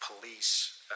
police